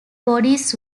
bodies